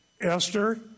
Esther